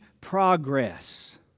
progress